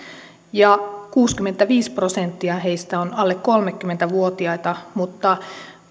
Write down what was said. ja kuusikymmentäviisi prosenttia heistä on alle kolmekymmentä vuotiaita mutta